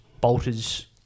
Bolters